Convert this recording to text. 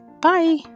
Bye